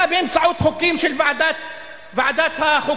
אתה באמצעות חוקים של ועדת החוקה,